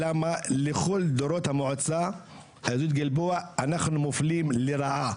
כי לכל דורות המועצה יהדות גלבוע אנחנו מופלים לרעה.